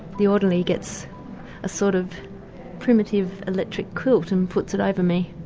the orderly gets a sort of primitive electric quilt and puts it over me,